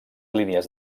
línies